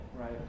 right